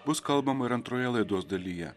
bus kalbama ir antroje laidos dalyje